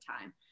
time